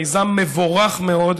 מיזם מבורך מאוד,